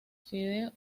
fideos